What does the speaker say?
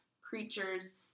creatures